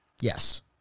Yes